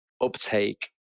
uptake